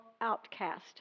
outcast